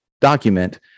document